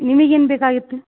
ನಿಮಿಗೆನು ಬೇಕಾಗಿತ್ತು